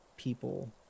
people